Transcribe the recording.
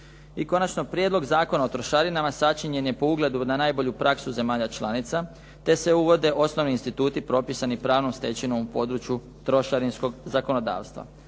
I konačno, Prijedlog zakona o trošarinama sačinjen je po ugledu na najbolju praksu zemalja članica, te se uvode osnovni instituti propisani pravnom stečevinom u području trošarinskog zakonodavstva.